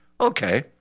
Okay